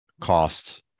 cost